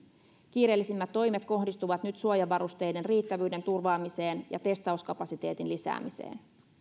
kiireellisimmät toimet kohdistuvat nyt suojavarusteiden riittävyyden turvaamiseen ja testauskapasiteetin lisäämiseen